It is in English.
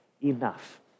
enough